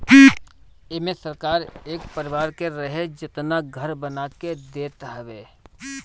एमे सरकार एक परिवार के रहे जेतना घर बना के देत हवे